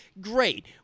great